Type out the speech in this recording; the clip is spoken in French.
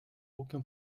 aucun